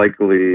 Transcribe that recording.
likely